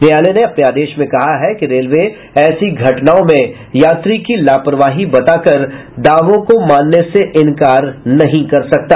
न्यायालय ने अपने आदेश में कहा है कि रेलवे ऐसी घटनाओं में यात्री की लापरवाही बताकर दावों को मानने से इंकार नहीं कर सकता